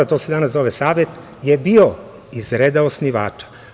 To se danas zove Savet i bio je iz reda osnivača.